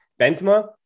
Benzema